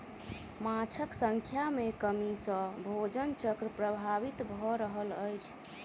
माँछक संख्या में कमी सॅ भोजन चक्र प्रभावित भ रहल अछि